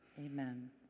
amen